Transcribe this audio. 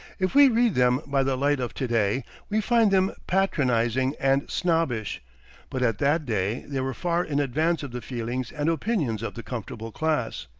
if we read them by the light of to-day, we find them patronizing and snobbish but at that day they were far in advance of the feelings and opinions of the comfortable class.